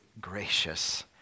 gracious